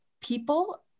people